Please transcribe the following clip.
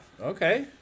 Okay